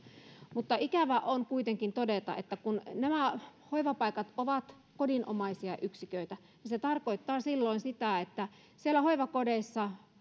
mutta ikävä on kuitenkin todeta että kun nämä hoivapaikat ovat kodinomaisia yksiköitä niin se tarkoittaa silloin sitä että siellä hoivakodeissa